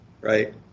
right